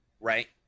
right